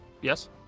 Yes